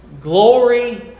Glory